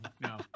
no